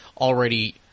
already